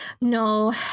No